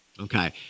Okay